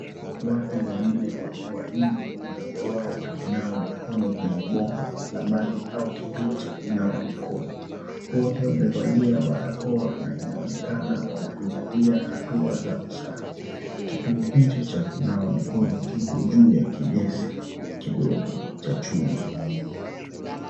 Watu wanne wakiwa nje. Mmoja wao akinawa mikono kwenye bomba la maji au kituo cha kunawa mikono. Wote wamevaa barakoa na inaonekana wanazingatia hatua za usafi. Kituo hicho cha kunawa mikono kiko juu ya kijesi kidogo cha chuma.